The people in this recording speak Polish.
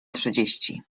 trzydzieści